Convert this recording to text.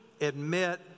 admit